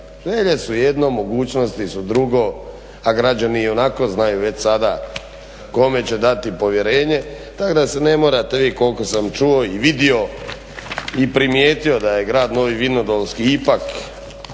Želje su jedno, mogućnosti su drugo, a građani i onako već znaju sada kome će dati povjerenje, tako da se ne morate vi koliko sam čuo i vidio i primijetio da je grad Novi Vinodolski ipak